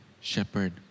Shepherd